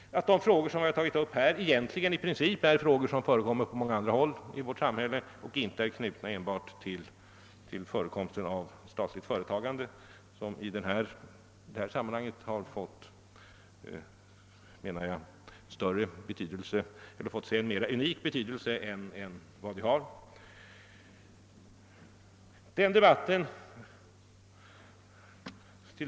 De frågor som vi tagit upp här är egentligen frågor, som förekommer på många andra håll i vårt samhälle. De är inte knutna enbart till förekomsten av statligt företagande, vilket i detta sammdanhang enligt mitt förmenande fått en mera unik betydelse än vad det egentligen har.